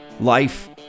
life